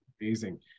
Amazing